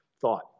thought